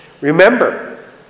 Remember